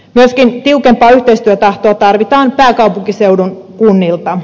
myöskin tiukempaa yhteistyötahtoa tarvitaan pääkaupunkiseudun kunnilta